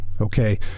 okay